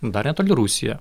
dar netoli rusija